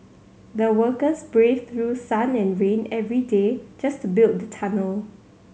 the workers braved through sun and rain every day just to build the tunnel